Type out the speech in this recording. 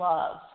Love